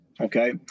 Okay